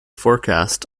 forecast